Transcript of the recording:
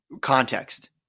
context